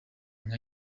nka